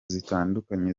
zitandukanye